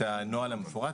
הנוהל המפורט.